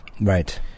Right